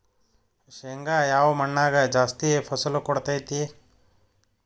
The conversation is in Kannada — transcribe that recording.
ಶೇಂಗಾ ಯಾವ ಮಣ್ಣಾಗ ಜಾಸ್ತಿ ಫಸಲು ಕೊಡುತೈತಿ?